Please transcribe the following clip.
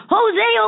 Jose